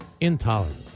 intolerable